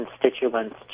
constituents